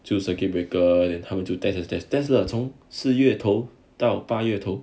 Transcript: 就是 circuit breaker then 他们就 test test test 了从四月头到八月头